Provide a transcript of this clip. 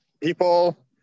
people